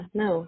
no